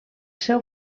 seu